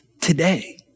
today